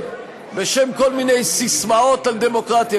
בשם כל מיני ססמאות על דמוקרטיה,